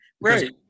Right